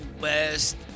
West